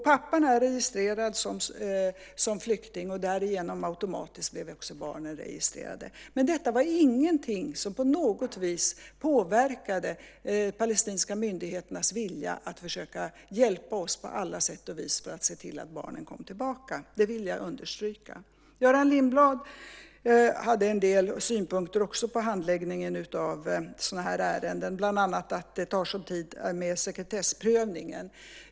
Pappan är registrerad som flykting, och därigenom blev också barnen automatiskt registrerade som statslösa. Men detta var ingenting som på något vis påverkade de palestinska myndigheternas vilja att på alla sätt och vis försöka hjälpa oss för att se till att barnen kom tillbaka. Det vill jag understryka. Göran Lindblad hade en del synpunkter på handläggningen av sådana här ärenden, bland annat att det tar så lång tid med sekretessprövningen.